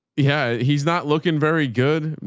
yeah, he's not looking very good.